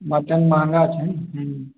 mutton महँगा छै हूँ